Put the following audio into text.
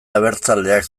abertzaleak